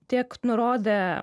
tiek nurodė